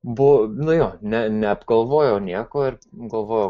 buvo nu jo ne ne neapgalvojau nieko ir galvojau